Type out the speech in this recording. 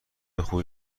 خوبی